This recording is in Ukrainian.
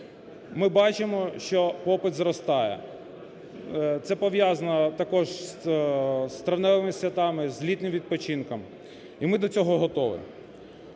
Ми бачимо, що попит зростає. Це пов'язано також із травневими святами, з літнім відпочинком. І ми до цього готові.